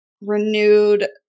renewed